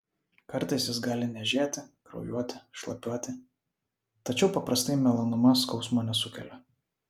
kartais jis gali niežėti kraujuoti šlapiuoti tačiau paprastai melanoma skausmo nesukelia